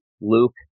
Luke